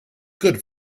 good